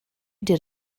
did